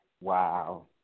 Wow